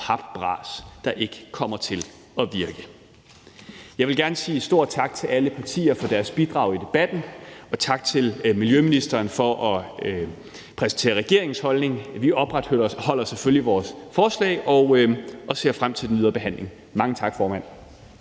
papbras, der ikke kommer til at virke. Jeg vil gerne sige stort tak til alle partier for deres bidrag i debatten og tak til miljøministeren for at præsentere regeringens holdning. Vi opretholder selvfølgelig vores forslag og ser frem til den videre behandling. Mange tak, formand.